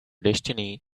destiny